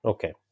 Okay